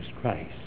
Christ